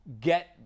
get